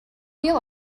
neal